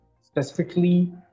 specifically